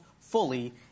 fully